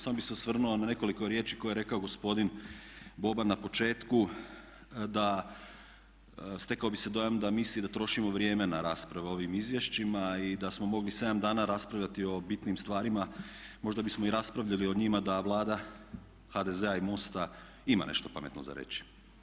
Samo bih se osvrnuo na nekoliko riječi koje je rekao gospodin Boban na početku da stekao bi se dojam da misli da trošimo vrijeme na rasprave o ovim izvješćima i da smo mogli 7 dana raspravljati o bitnim stvarima možda bismo i raspravili o njima da Vlada HDZ-a i MOST-a ima nešto pametno za reći.